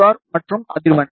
R மற்றும் அதிர்வெண்